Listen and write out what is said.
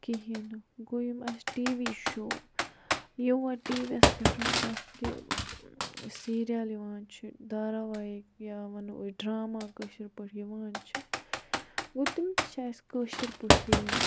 کِہیٖنۍ نہٕ گوٚو یِم اَسہِ ٹی وی شو یِم ونۍ ٹی وی یَس پٮ۪ٹھ کانٛہہ تہِ سیٖریَل یِوان چھِ دارا وایِک یا وَنو أسۍ ڈراما کٲشِر پٲٹھۍ یِوان چھِ گوٚو تِم تہِ چھِ اَسہِ کٲشِر پٲٹھی یِوان